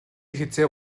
хэзээ